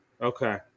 Okay